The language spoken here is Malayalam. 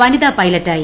വനിതാ പൈലറ്റായി